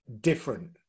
different